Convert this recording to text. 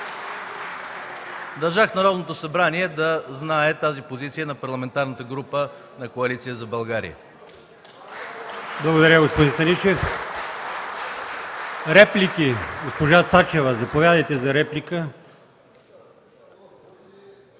Държах Народното събрание да знае тази позиция на Парламентарната група на Коалиция за България.